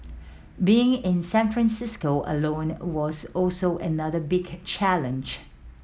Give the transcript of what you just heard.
being in San Francisco alone was also another big challenge